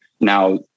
Now